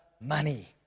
money